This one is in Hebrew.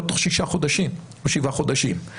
לא תוך שישה חודשים או שבעה חודשים.